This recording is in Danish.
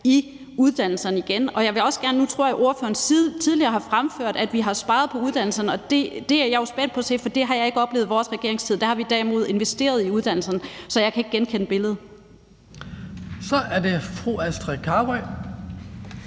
i uddannelserne igen. Nu tror jeg, ordføreren tidligere har fremført, at vi har sparet på uddannelserne, og det er jeg jo spændt på at se, for det har jeg ikke oplevet i vores regeringstid. Der har vi derimod investeret i uddannelserne, så jeg kan ikke genkende billedet. Kl. 17:01 Den fg.